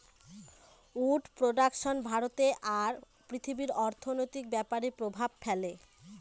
would production ভারতে আর পৃথিবীর অর্থনৈতিক ব্যাপরে প্রভাব ফেলে